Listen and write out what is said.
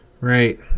Right